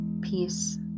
peace